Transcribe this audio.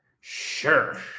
Sure